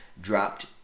dropped